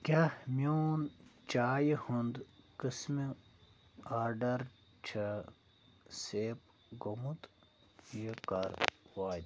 کیٛاہ میٛون چایہِ ہُنٛد قٕسمہٕ آرڈر چھا گوٚومُت یہِ کَر واتہِ